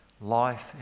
life